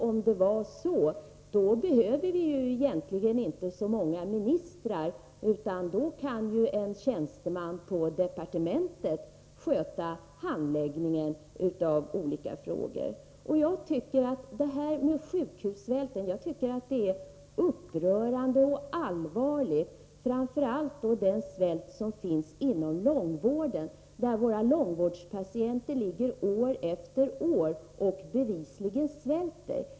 Om det vore så behövde vi egentligen inte så många ministrar, utan då kunde tjänstemän på departementet sköta handläggningen av olika frågor. Jag tycker att detta med sjukhussvälten är upprörande och allvarligt, framför allt när det gäller långvården, där våra patienter ligger år efter år och bevisligen svälter.